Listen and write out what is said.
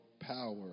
power